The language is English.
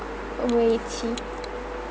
wei-qi